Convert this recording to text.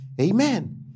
Amen